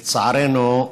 לצערנו,